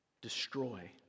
Destroy